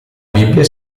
bibbia